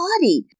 body